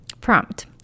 Prompt